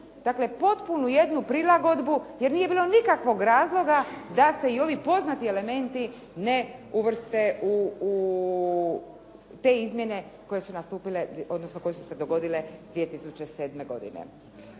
dakle potpunu jednu prilagodbu jer nije bilo nikakvih razloga da se i ovi poznati elementi ne uvrste u te izmjene koje su se dogodile 2007. godine.